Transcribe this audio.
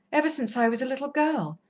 ever since i was a little girl.